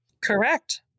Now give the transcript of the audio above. Correct